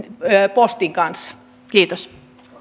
postin kanssa kiitos